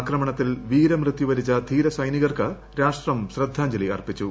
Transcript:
ആക്രമണത്തിൽ വീരമൃത്യു വരിച്ച ധീരസൈനീകർക്ക് രാഷ്ട്രം ശ്രദ്ധാജ്ഞലി അർപ്പിച്ചു